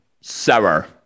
sour